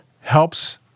helps